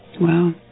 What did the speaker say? Wow